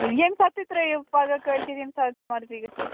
ییٚمہِ ساتہٕ تُہۍ ترٛٲوِو پگاہ کٲلۍکٮ۪تھ ییٚمہِ ساتہٕ تۅہہِ مرضی گَژھو